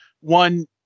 one